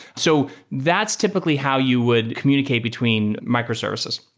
so that's typically how you would communicate between microservices.